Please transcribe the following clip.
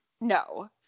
No